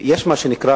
יש מה שנקרא,